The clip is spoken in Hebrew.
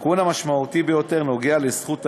התיקון המשמעותי ביותר קשור לזכות הערעור.